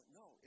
no